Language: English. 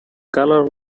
colour